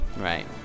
Right